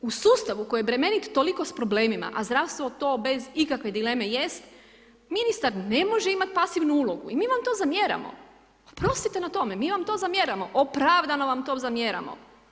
U sustavu koji je bremenit toliko s problemima, a zdravstvo to bez ikakve dileme jest, ministar ne može imati pasivnu ulogu i mi vam to zamjeramo, oprostite na tome, mi vam to zamjeramo, opravdano vam to zamjeramo.